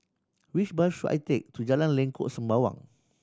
which bus should I take to Jalan Lengkok Sembawang